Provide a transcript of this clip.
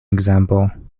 example